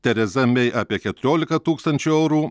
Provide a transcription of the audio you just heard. tereza mei apie keturiolika tūkstančių eurų